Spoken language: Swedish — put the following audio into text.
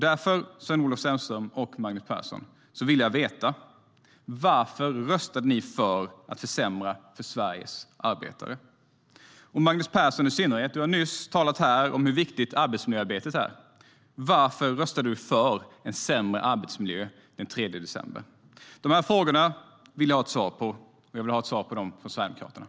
Därför, Sven-Olof Sällström och Magnus Persson, vill jag veta varför ni röstade för att försämra för Sveriges arbetare. Dessa frågor vill jag ha svar på från Sverigedemokraterna.